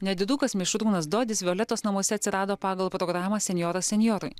nedidukas mišrūnas dodis violetos namuose atsirado pagal programą senjoras senjorui